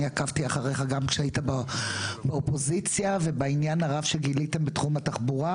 אני עקבתי אחריך גם כשהיית באופוזיציה ובעניין הרב שגילית בתחום התחבורה